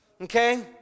okay